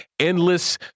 endless